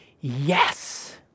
Yes